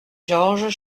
georges